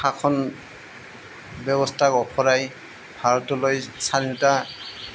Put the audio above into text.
শাসন ব্যৱস্থাক ওফৰাই ভাৰতলৈ স্বাধীনতা